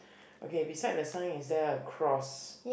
okay beside the sign is there a cross